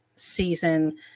season